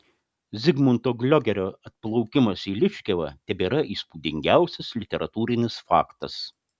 zigmunto gliogerio atplaukimas į liškiavą tebėra įspūdingiausias literatūrinis faktas